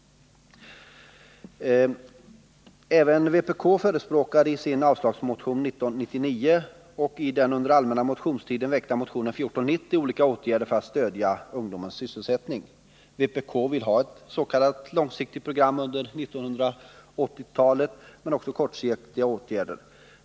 Även vpk förespråkar i sin avslagsmotion 1999 och i den under allmänna motionstiden väckta motionen 1490 olika åtgärder för att stödja ungdomens sysselsättning. Vpk vill ha ett s.k. långsiktigt program under 1980-talet men också kortsiktiga åtgärder.